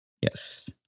Yes